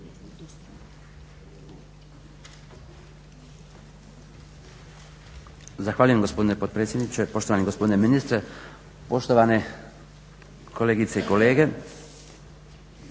Zahvaljujem gospodine potpredsjedniče, poštovani gospodine ministre, poštovane kolegice i kolege.